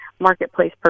marketplace